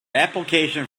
application